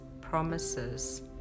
promises